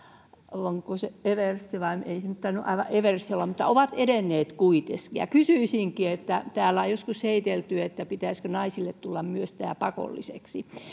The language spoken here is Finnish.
edenneet oliko se everstiksi ei se nyt tainnut aivan everstiksi olla mutta kuitenkin edenneet kysyisinkin kuten täällä on joskus heitelty pitäisikö myös naisille tulla tämän pakolliseksi